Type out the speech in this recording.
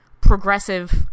progressive